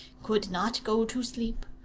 could not go to sleep.